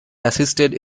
assisted